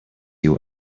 you